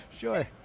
Sure